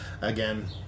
Again